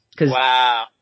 Wow